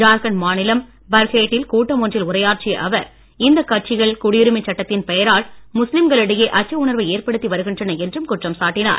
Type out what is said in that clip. ஜார்கண்ட் மாநிலம் பர்ஹெய்ட் டில் கூட்டம் ஒன்றில் உரையாற்றிய அவர் இந்தக் கட்சிகள் குடியுரிமை சட்டத்தின் பெயரால் முஸ்லீம்களிடையே அச்ச உணர்வை ஏற்படுத்தி வருகின்றன என்றும் குற்றம் சாட்டினார்